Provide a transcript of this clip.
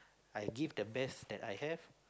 I give the best that I have